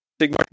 Sigmar